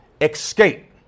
escape